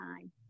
time